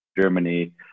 Germany